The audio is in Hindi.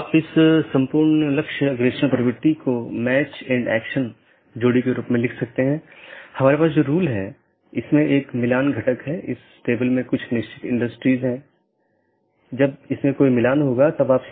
दो जोड़े के बीच टीसीपी सत्र की स्थापना करते समय BGP सत्र की स्थापना से पहले डिवाइस पुष्टि करता है कि BGP डिवाइस रूटिंग की जानकारी प्रत्येक सहकर्मी में उपलब्ध है या नहीं